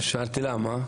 שאלתי למה?